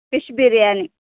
fish biryani